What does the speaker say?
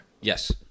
Yes